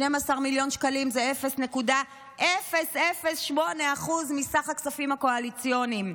12 מיליוני שקלים זה 0.008% מסך הכספים הקואליציוניים.